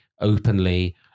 openly